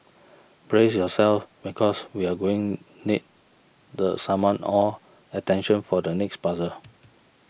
brace yourselves because we're going need to summon all attention for the next puzzle